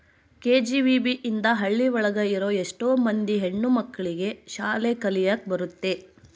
KGBV ಇಂದ ಹಳ್ಳಿ ಒಳಗ ಇರೋ ಎಷ್ಟೋ ಮಂದಿ ಹೆಣ್ಣು ಮಕ್ಳಿಗೆ ಶಾಲೆ ಕಲಿಯಕ್ ಬರುತ್ತೆ